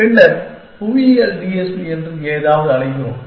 பின்னர் புவியியல் டிஎஸ்பி என்று ஏதாவது அழைக்கிறோம்